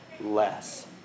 less